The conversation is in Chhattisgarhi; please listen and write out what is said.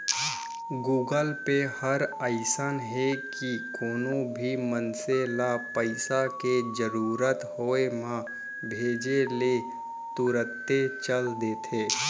गुगल पे हर अइसन हे कि कोनो भी मनसे ल पइसा के जरूरत होय म भेजे ले तुरते चल देथे